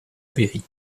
perry